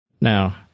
Now